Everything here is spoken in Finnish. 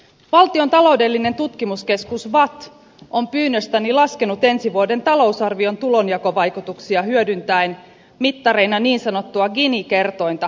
valtion taloudellinen tutkimuskeskus vatt on pyynnöstäni laskenut ensi vuoden talousarvion tulonjakovaikutuksia hyödyntäen mittareina niin sanottua gini kerrointa ja köyhyysastetta